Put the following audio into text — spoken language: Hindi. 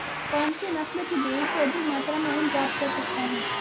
कौनसी नस्ल की भेड़ से अधिक मात्रा में ऊन प्राप्त कर सकते हैं?